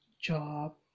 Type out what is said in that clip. job